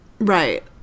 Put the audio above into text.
Right